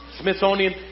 Smithsonian